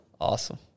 awesome